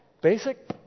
Basic